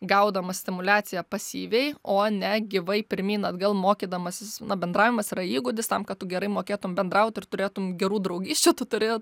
gaudamas stimuliaciją pasyviai o ne gyvai pirmyn atgal mokydamasis na bendravimas yra įgūdis tam kad tu gerai mokėtum bendraut ir turėtum gerų draugysčių tu turi